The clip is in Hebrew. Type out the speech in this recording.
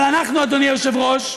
אבל אנחנו, אדוני היושב-ראש,